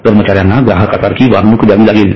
कर्मचाऱ्यांना ग्राहकांसारखी वागणूक द्यावी लागेल